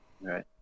right